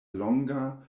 longa